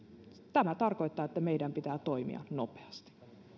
tämä tarkoittaa että meidän pitää toimia nopeasti